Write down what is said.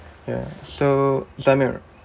ya so zamir